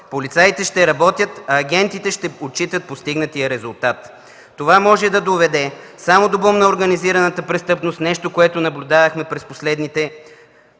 полицаите ще работят, а агентите ще отчитат постигнатия резултат. Това може да доведе само до бум на организираната престъпност – нещо, което наблюдавахме преди пет